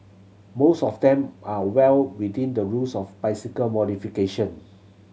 most of them are well within the rules of bicycle modification